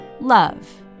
love